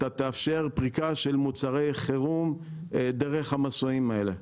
אתה תאפשר פריקה של מוצרי חירום דרך המסועים האלה.